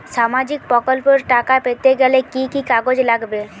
সামাজিক প্রকল্পর টাকা পেতে গেলে কি কি কাগজ লাগবে?